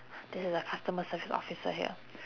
this is a customer service officer here